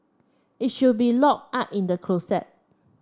it should be locked up in the closet